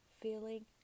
Feeling